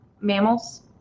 mammals